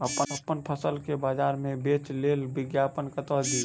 अप्पन फसल केँ बजार मे बेच लेल विज्ञापन कतह दी?